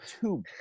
two